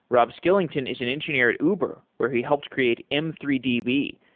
rob skillington is an engineer at uber where he helps create m three d b,